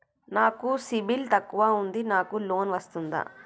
నాకు సిబిల్ తక్కువ ఉంది నాకు లోన్ వస్తుందా?